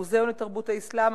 המוזיאון לתרבות האסלאם,